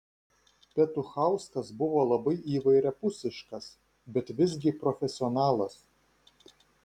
petuchauskas buvo labai įvairiapusiškas bet visgi profesionalas